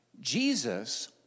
Jesus